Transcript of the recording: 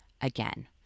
again